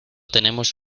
tenemos